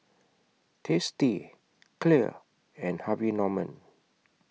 tasty Clear and Harvey Norman